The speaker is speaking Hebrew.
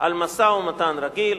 על משא-ומתן רגיל,